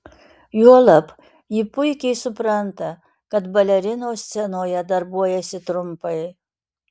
juolab ji puikiai supranta kad balerinos scenoje darbuojasi trumpai